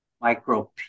micro